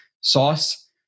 Sauce